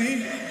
תצאי.